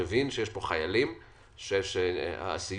בלילה.